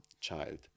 child